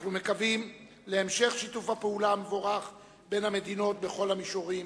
אנחנו מקווים להמשך שיתוף הפעולה המבורך בין המדינות בכל המישורים,